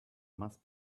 must